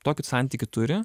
tokį santykį turi